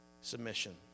Submission